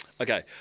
Okay